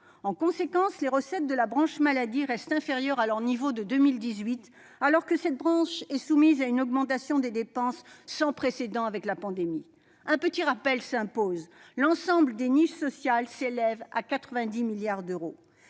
En conséquence, les recettes de la branche maladie restent inférieures à leur niveau de 2018, alors que cette branche est soumise à une augmentation des dépenses sans précédent avec la pandémie. Un petit rappel s'impose : l'ensemble des niches sociales s'élève à 90 milliards d'euros.